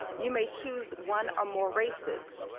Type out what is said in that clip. you may choose one or more races.